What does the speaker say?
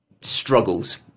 struggles